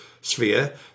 sphere